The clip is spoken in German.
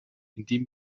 indem